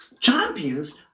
Champions